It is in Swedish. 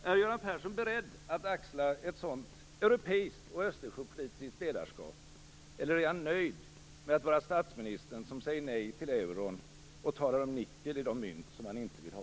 Är Göran Persson beredd att axla ett sådant europeiskt och östersjöpolitiskt ledarskap, eller är han nöjd med att vara statsministern som säger nej till euron och talar om nickel i de mynt som han inte vill ha?